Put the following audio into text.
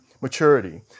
maturity